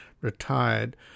retired